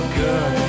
good